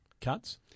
cuts